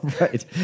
right